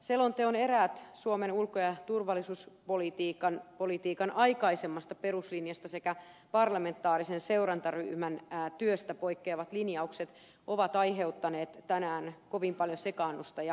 selonteon eräät suomen ulko ja turvallisuuspolitiikan aikaisemmasta peruslinjasta sekä parlamentaarisen seurantaryhmän työstä poikkeavat linjaukset ovat aiheuttaneet tänään kovin paljon sekaannusta ja epävarmuuttakin